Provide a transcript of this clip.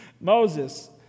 Moses